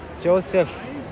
joseph